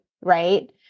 right